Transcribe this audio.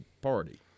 party